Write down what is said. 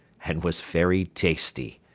and was very tasty.